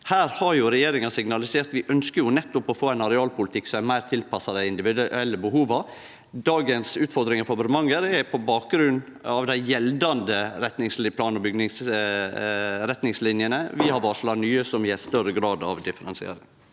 Her har vi i regjeringa signalisert at vi ønskjer å få ein arealpolitikk som nettopp er meir tilpassa dei individuelle behova. Dagens utfordringar for Bremanger er på bakgrunn av dei gjeldande plan- og bygningsretningslinjene. Vi har varsla nye, som gjev større grad av differensiering.